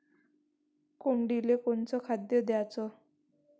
कोंबडीले कोनच खाद्य द्याच?